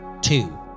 Two